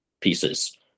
pieces